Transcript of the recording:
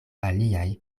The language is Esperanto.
aliaj